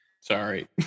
Sorry